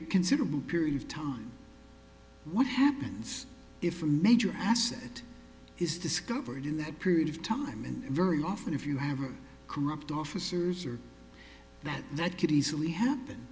a considerable period of time what happens if a major asset is discovered in that period of time and very often if you have a corrupt officers or that that could easily happen